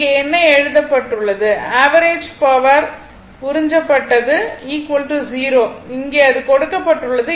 இங்கே என்ன எழுதப்பட்டுள்ளது ஆவரேஜ் பவர் உறிஞ்சப்பட்டது 0 இங்கே அது கொடுக்கப்பட்டுள்ளது